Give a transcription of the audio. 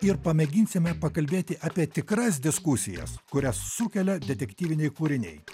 ir pamėginsime pakalbėti apie tikras diskusijas kurias sukelia detektyviniai kūriniai